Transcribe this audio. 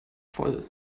voll